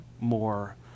more